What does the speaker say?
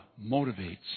motivates